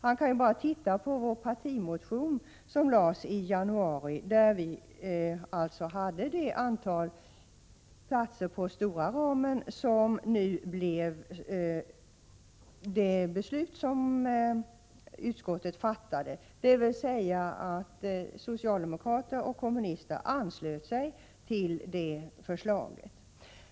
Han kan ju bara titta på vår partimotion från januari, där vi hade det antal platser på stora ramen som nu blev det beslut som utskottet fattade och som socialdemokrater och kommunister anslöt sig till.